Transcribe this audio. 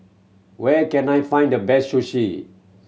where can I find the best Sushi